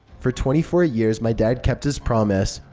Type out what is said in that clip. for twenty four years, my dad kept his promise.